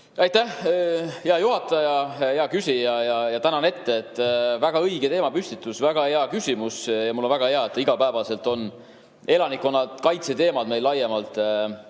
Aitäh, hea juhataja! Hea küsija, tänan ette! Väga õige teemapüstitus, väga hea küsimus ja on väga hea, et igapäevaselt on elanikkonnakaitse teemad laiemalt